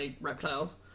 reptiles